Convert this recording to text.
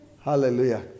Hallelujah